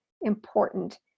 important